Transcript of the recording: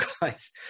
guys